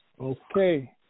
Okay